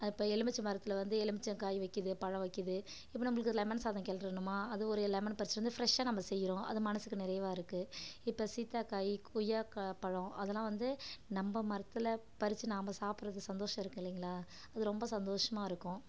அது இப்போ எலுமிச்சை மரத்தில் வந்து எலுமிச்சம் காய் வைக்கிது பழம் வைக்கிது இப்போ நம்மளுக்கு லெமன் சாதம் கிளரணுமா அது ஒரு லெமன் பறிச்சுட்டு வந்து ஃப்ரெஷ்ஷாக நம்ம செய்கிறோம் அது மனசுக்கு நிறைவாக இருக்குது இப்போ சீத்தா காய் கொய்யக்காய் பழம் அதெல்லாம் வந்து நம்ம மரத்தில் பறித்து நாம் சாப்பிட்றது சந்தோசம் இருக்குது இல்லைங்களா அது ரொம்ப சந்தோசமாக இருக்கும்